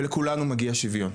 ולכולנו מגיע שיוויון.